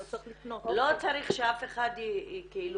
לא צריך שאף אחד יבקש.